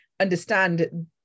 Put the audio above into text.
understand